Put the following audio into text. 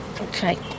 okay